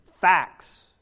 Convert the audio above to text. Facts